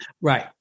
Right